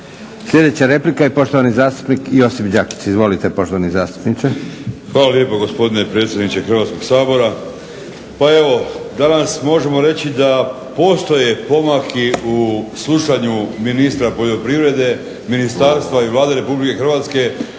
Sljedeća replika i poštovani zastupnik Josip Đakić. Izvolite poštovani zastupniče. **Đakić, Josip (HDZ)** Hvala lijepo gospodine predsjedniče Hrvatskog sabora. Pa evo danas možemo reći da postoje pomaci u slušanju ministra poljoprivrede, ministarstva i Vlade RH